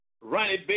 right